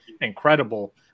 incredible